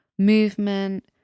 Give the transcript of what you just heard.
movement